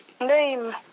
Name